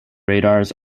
radars